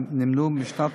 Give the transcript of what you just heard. נמנעו בשנת